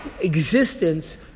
existence